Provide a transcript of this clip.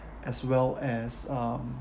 as well as um